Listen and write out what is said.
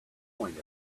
point